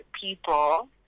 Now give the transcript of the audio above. people